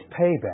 payback